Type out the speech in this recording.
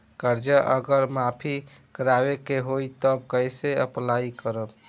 कर्जा अगर माफी करवावे के होई तब कैसे अप्लाई करम?